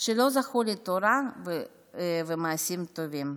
שלא זכו לתורה ומעשים טובים.